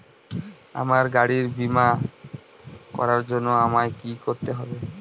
আমার গাড়ির বীমা করার জন্য আমায় কি কী করতে হবে?